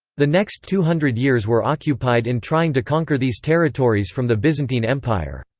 the next two hundred years were occupied in trying to conquer these territories from the byzantine empire.